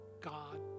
God